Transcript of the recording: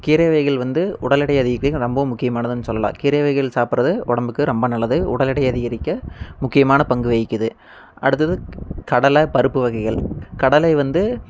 கீரை வகைகள் வந்து உடல் இடையை அதிகரிக்க ரொம்பவும் முக்கியமானதுன்னு சொல்லலாம் கீரை வகைகள் சாப்பிட்றது உடம்புக்கு ரொம்ப நல்லது உடல் இடையை அதிகரிக்க முக்கியமான பங்கு வகிக்குது அடுத்தது கடலை பருப்பு வகைகள் கடலை வந்து